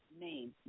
name